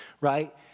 right